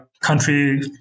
country